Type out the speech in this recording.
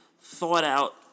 thought-out